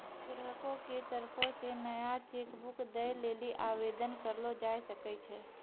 ग्राहको के तरफो से नया चेक बुक दै लेली आवेदन करलो जाय सकै छै